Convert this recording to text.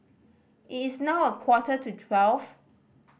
it is now a quarter to twelve